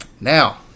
now